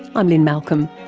i'm lynne malcolm,